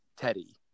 Teddy